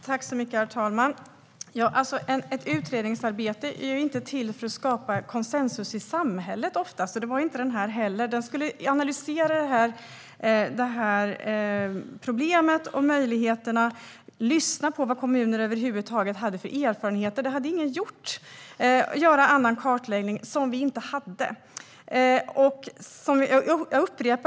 Herr talman! Ett utredningsarbete syftar oftast inte till att skapa konsensus i samhället, och så var det inte i det här fallet heller. Det handlade om att analysera problemet och möjligheterna, lyssna till vad kommunerna över huvud taget hade för erfarenheter - det hade ingen gjort - och göra annan kartläggning som vi inte hade.